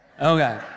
Okay